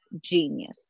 genius